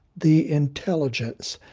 the intelligence,